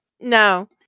No